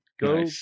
go